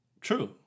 True